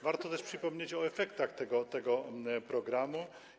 Warto też przypomnieć o efektach tego programu.